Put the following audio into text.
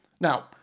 Now